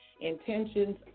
intentions